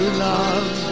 love